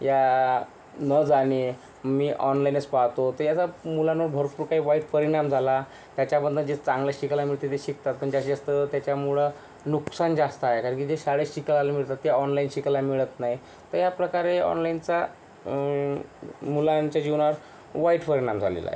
या न जाणे मी ऑनलाईनच पाहतो ते असं मुलांना भरपूर काही वाईट परिणाम झाला त्याच्यामधनं जे चांगलं शिकायला मिळते ते शिकतात पण जास्तीत जास्त त्याच्यामुळं नुकसान जास्त आहे कारण की जे शाळेत शिकायला मिळतं ते ऑनलाइन शिकायला मिळत नाही तर या प्रकारे ऑनलाईनचा मुलांच्या जीवनात वाईट परिणाम झालेला आहे